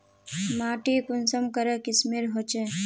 माटी कुंसम करे किस्मेर होचए?